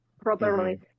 properly